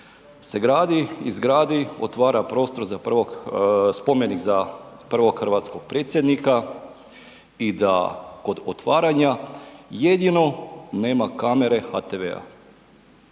se gradi i izgradi, otvara prostor, spomenik za prvog hrvatskog Predsjednika i da kod otvaranja jedino nema kamere HTV-a.